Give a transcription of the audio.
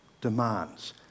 demands